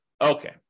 Okay